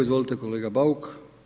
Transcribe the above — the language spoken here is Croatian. Izvolite kolega Bauk.